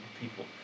people